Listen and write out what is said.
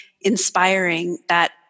inspiring—that